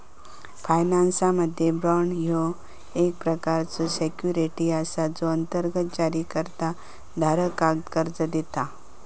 फायनान्समध्ये, बाँड ह्यो एक प्रकारचो सिक्युरिटी असा जो अंतर्गत जारीकर्ता धारकाक कर्जा देतत